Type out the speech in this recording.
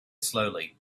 slowly